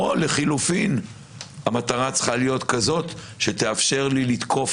או לחילופין המטרה צריכה להיות כזאת שתאפשר לי לתקוף